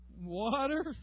water